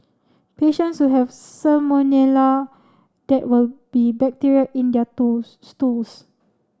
patients who have salmonella there will be bacteria in their tools stools